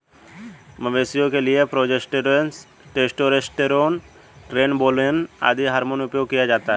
मवेशियों के लिए प्रोजेस्टेरोन, टेस्टोस्टेरोन, ट्रेनबोलोन आदि हार्मोन उपयोग किया जाता है